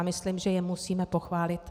Myslím, že je musíme pochválit.